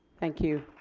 thank you.